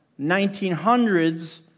1900s